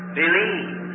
believe